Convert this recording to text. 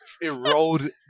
erode